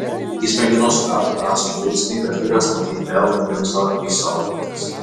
jis mėgino sugauti brazio žvilgsnį bet vyras matyt vėl nugrimzdo į savo mintis